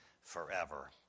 forever